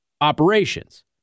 operations